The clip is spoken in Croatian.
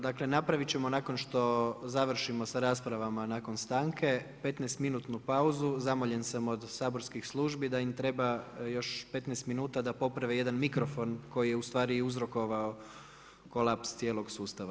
Dakle napraviti ćemo nakon što završimo sa raspravama nakon stanke 15 minutnu pauzu, zamoljen sam od saborskih službi da im treba još 15 minuta da poprave jedan mikrofon koji je ustvari uzrokovao kolaps cijelog sustava.